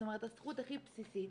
זאת אומרת, הזכות הכי בסיסית.